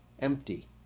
empty